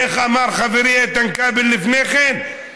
איך אמר חברי איתן כבל, לפני כן?